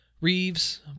Reeves